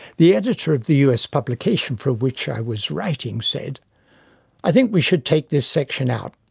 the editor of the us publication for which i was writing said i think we should take this section out.